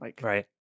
Right